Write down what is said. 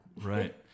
Right